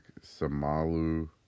Samalu